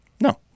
No